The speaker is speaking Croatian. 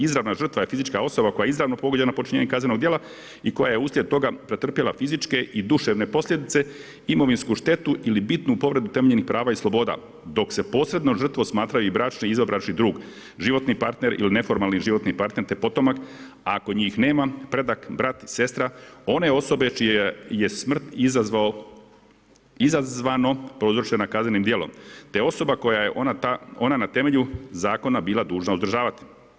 Izravna žrtva je fizička osoba koja je izravno pogođena počinjenjem kaznenog djela i koja je uslijed toga pretrpjela fizičke i duševne posljedice, imovinsku štetu ili bitnu povredu temeljnih prava i sloboda, dok se posrednom žrtvom smatraju i bračni i izvanbračni drug, životni partner ili neformalni životni partner te potomak, a ako njih nema, predak, brat, sestra, one osobe čija je smrt izazvano prouzročena kaznenim djelom, te osoba koja je ona na temelju Zakona bila dužna uzdržavati.